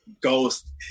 ghost